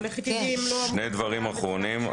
שני דברים אחרונים,